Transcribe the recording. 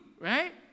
right